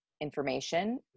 information